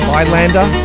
Highlander